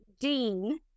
dean